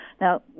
Now